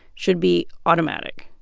should be automatic.